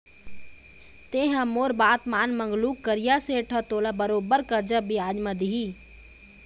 तेंहा मोर बात मान मंगलू करिया सेठ ह तोला बरोबर करजा बियाज म दिही